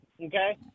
Okay